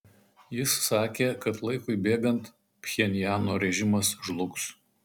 jis sakė kad laikui bėgant pchenjano režimas žlugs